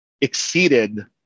exceeded